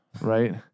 right